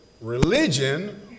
religion